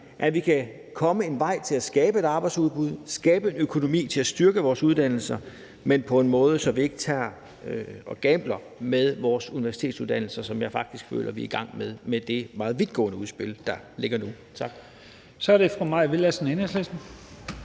får, kan finde en vej til at skabe et arbejdsudbud, skabe en økonomi til at styrke vores uddannelser, men på en måde, så vi ikke tager og gambler med vores universitetsuddannelser, hvilket jeg faktisk føler vi er i gang med med det meget vidtgående udspil, der ligger nu. Tak. Kl. 15:39 Første næstformand